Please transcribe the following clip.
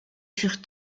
furent